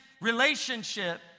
relationship